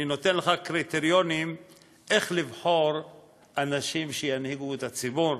אני נותן לך קריטריונים איך לבחור אנשים שינהיגו את הציבור,